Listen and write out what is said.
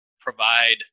provide